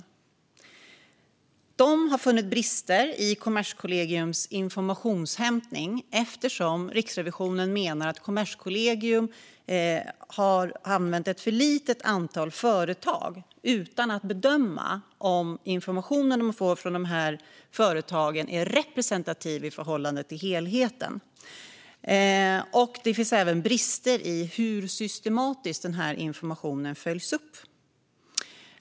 Riksrevisionen har funnit brister i Kommerskollegiums informationsinhämtning eftersom de menar att Kommerskollegium har använt ett för litet antal företag utan att bedöma om informationen de får från dessa företag är representativ i förhållande till helheten. Det finns även brister i hur systematiskt informationen följs upp.